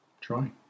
try